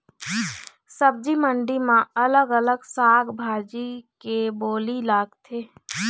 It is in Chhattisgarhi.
सब्जी मंडी म अलग अलग साग भाजी के बोली लगथे